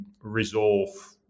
resolve